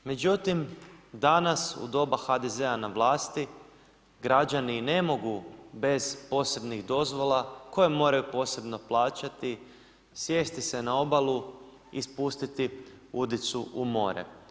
Međutim, danas u doba HDZ-a na vlasti, građani ne mogu bez posebnih dozvola koje moraju posebno plaćati, sjesti se na obali i spustiti udicu u more.